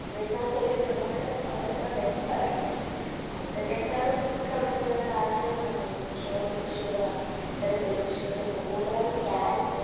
എന്നിരുന്നാല് പോലും നമുക്ക് അവിടെ ചെന്നാല് വിശപ്പറിയില്ല ഫുഡിനേക്കാളും നമുക്ക് അവിടത്തെ ഓരോ കാഴ്ചകൾ കാണാനായിരിക്കും ഇഷ്ടം ഓരോ കൃഷികള് കാണാം വെളുത്തുള്ളി കൃഷിയുണ്ട് ഇപ്പോള് കൂടുതലായും കാരറ്റ്